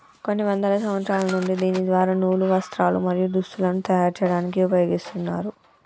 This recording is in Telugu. కొన్ని వందల సంవత్సరాల నుండి దీని ద్వార నూలు, వస్త్రాలు, మరియు దుస్తులను తయరు చేయాడానికి ఉపయోగిస్తున్నారు